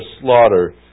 slaughter